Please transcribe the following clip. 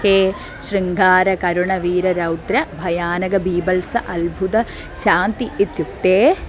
के शृङ्गारकरुणवीररौद्रभयानकबीभत्स अद्भुत शान्त इत्युक्ते